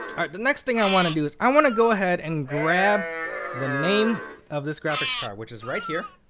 right the next thing i want to do is, i want to go ahead and grab the name of this graphics card, which is right here.